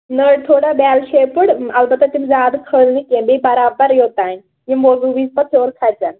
نٔرۍ تھوڑا bell shaped البتہٕ تِم زیادٕ کھٔلۍ نہٕ کیٚنٛہہ بیٚیہِ برابر یوٚتانۍ یِم وُضوٗ وِز پتہٕ ہیوٚر کھسن